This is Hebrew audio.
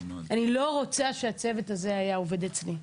אני לא הייתי רוצה שהצוות הזה יעבוד אצלי.